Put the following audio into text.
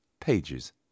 pages